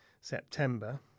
September